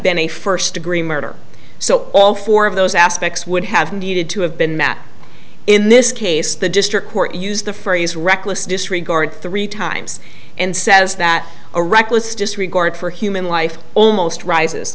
been a first degree murder so all four of those aspects would have needed to have been met in this case the district court used the phrase reckless disregard three times and says that a reckless disregard for human life almost rises